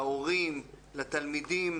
להורים, לתלמידים.